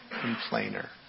complainer